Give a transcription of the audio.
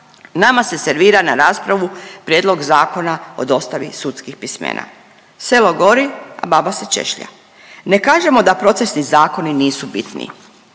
nama se servira na raspravu Prijedlog Zakona o dostavi sudskih pismena. Selo gori, a baba se češlja. Ne kažemo da procesni zakoni nisu bitni.